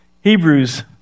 Hebrews